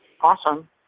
Awesome